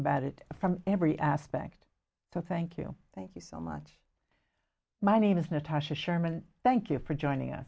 about it from every aspect so thank you thank you so much my name is natasha sherman thank you for joining